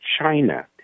China